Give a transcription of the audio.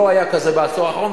לא היה כזה בעשור האחרון,